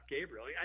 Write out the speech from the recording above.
Gabriel